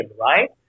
right